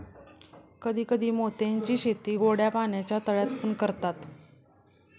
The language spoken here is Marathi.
कधी कधी मोत्यांची शेती गोड्या पाण्याच्या तळ्यात पण करतात